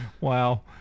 Wow